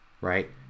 right